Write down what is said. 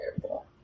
terrible